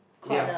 yea